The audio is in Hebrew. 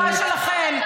במקום להגן על חברה שלכן,